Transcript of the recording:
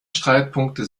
streitpunkte